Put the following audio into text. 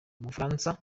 umufaransa